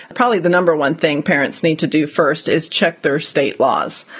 probably the number one thing parents need to do first is check their state laws,